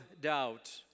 doubt